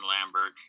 Lambert